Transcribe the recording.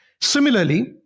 Similarly